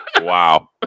Wow